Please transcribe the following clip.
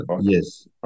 Yes